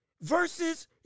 versus